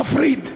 מפריד,